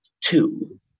two